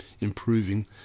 improving